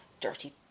Dirty